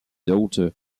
daughter